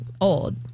old